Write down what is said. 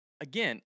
again